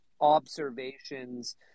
observations